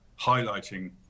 highlighting